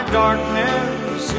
darkness